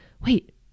wait